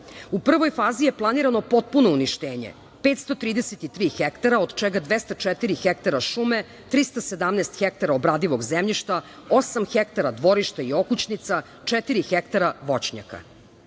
U prvoj fazi je planirano potpuno uništenje, 533 hektara od čega 204 hektara šume, 317 hektara obradivog zemljišta, osam hektara dvorišta i okućnica, četiri hektara